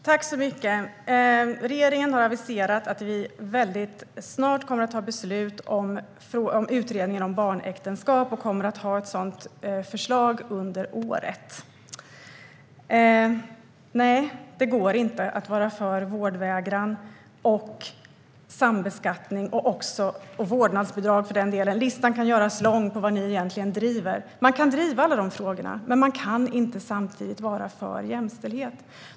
Fru talman! Regeringen har aviserat att vi väldigt snart kommer att fatta beslut om utredningen om barnäktenskap och kommer att ha ett sådant förslag under året. Nej, det går inte att vara för vårdvägran, sambeskattning och för den delen vårdnadsbidrag. Listan kan göras lång på vad ni egentligen driver. Man kan driva alla de frågorna, men man kan inte samtidigt vara för jämställdhet.